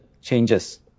changes